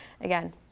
Again